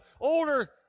older